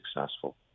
successful